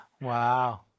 Wow